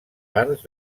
arts